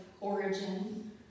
origin